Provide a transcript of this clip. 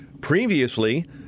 Previously